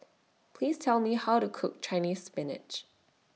Please Tell Me How to Cook Chinese Spinach